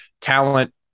talent